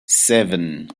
seven